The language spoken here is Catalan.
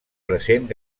present